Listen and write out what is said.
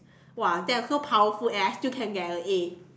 !wow! they're so powerful and I can still get a A